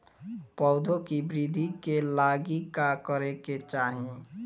पौधों की वृद्धि के लागी का करे के चाहीं?